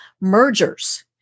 mergers